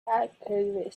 activist